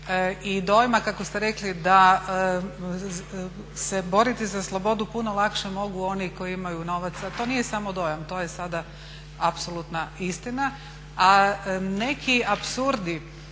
i dojma kako ste rekli da se boriti za slobodu puno lakše mogu oni koji imaju novaca. To nije samo dojam, to je sada apsolutno istina a neki apsurdi